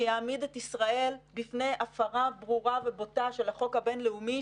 שיעמיד את ישראל בפני הפרה ברורה ובוטה של החוק הבין-לאומי,